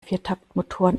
viertaktmotoren